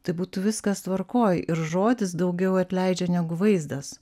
tai būtų viskas tvarkoj ir žodis daugiau atleidžia negu vaizdas